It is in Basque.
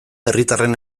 herritarren